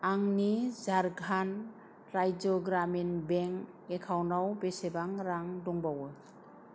आंनि झारखन्ड राज्य ग्रामिन बेंक एकाउन्टाव बेसेबां रां दंबावो